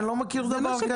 אני לא מכיר דבר כזה.